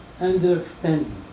understanding